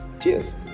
Cheers